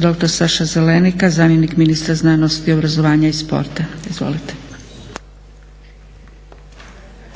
doktor Saša Zelenika, zamjenik ministra znanosti, obrazovanja i sporta. Izvolite. **Zelenika, Saša**